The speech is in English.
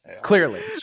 clearly